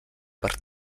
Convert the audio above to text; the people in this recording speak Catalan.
per